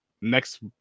next